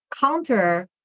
counter